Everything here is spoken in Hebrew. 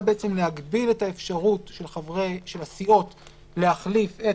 מוצע להגביל את האפשרות של הסיעות להחליף את